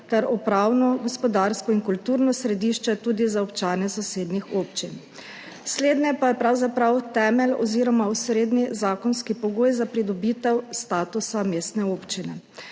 ter upravno, gospodarsko in kulturno središče tudi za občane sosednjih občin. Slednje pa je pravzaprav temelj oziroma osrednji zakonski pogoj za pridobitev statusa mestne občine.